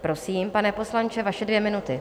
Prosím, pane poslanče, vaše dvě minuty.